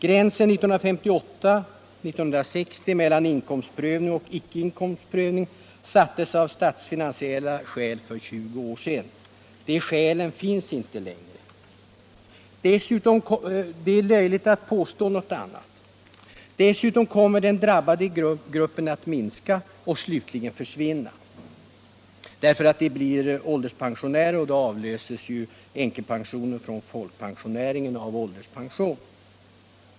Gränsen 1958-1960 mellan inkomstprövning och icke inkomstprövning sattes av statsfinansiella skäl för 20 år sedan. De skälen finns inte längre — det är löjligt att påstå något annat. Dessutom kommer den drabbade gruppen att minska och slutligen att försvinna, därför att dessa människor blir ålderspensionärer, och då avlöses ju änkepensionen från folkpensioneringen av ålderspension.